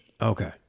Okay